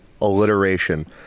alliteration